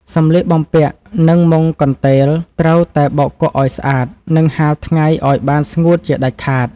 សម្លៀកបំពាក់ និងមុងកន្ទេលត្រូវតែបោកគក់ឱ្យស្អាត និងហាលថ្ងៃឱ្យបានស្ងួតជាដាច់ខាត។